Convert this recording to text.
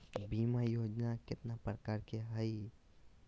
बीमा योजना केतना प्रकार के हई हई?